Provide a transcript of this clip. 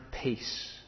peace